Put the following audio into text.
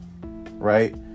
right